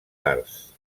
arts